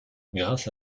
grâce